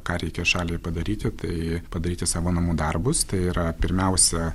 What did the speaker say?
ką reikia šaliai padaryti tai padaryti savo namų darbus tai yra pirmiausia